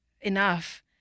enough